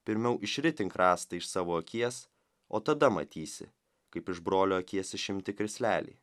pirmiau išritink rąstą iš savo akies o tada matysi kaip iš brolio akies išimti krislelį